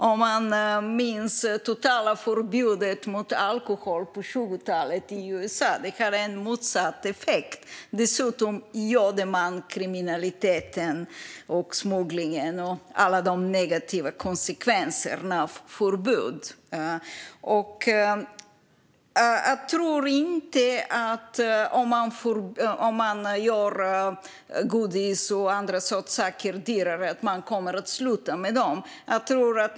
Om man minns totalförbudet mot alkohol på 20-talet i USA så hade det en motsatt effekt. Dessutom gödde man kriminaliteten och smugglingen och fick alla de negativa konsekvenserna av ett förbud. Jag tror inte att man kommer att sluta med godis och andra sötsaker om man gör dem dyrare.